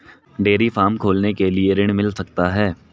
Dairy farm खोलने के लिए ऋण मिल सकता है?